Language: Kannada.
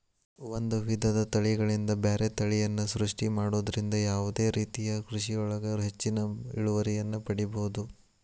ಒಂದ್ ವಿಧದ ತಳಿಗಳಿಂದ ಬ್ಯಾರೆ ತಳಿಯನ್ನ ಸೃಷ್ಟಿ ಮಾಡೋದ್ರಿಂದ ಯಾವದೇ ರೇತಿಯ ಕೃಷಿಯೊಳಗ ಹೆಚ್ಚಿನ ಇಳುವರಿಯನ್ನ ಪಡೇಬೋದು